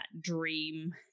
dream